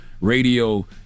Radio